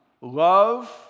Love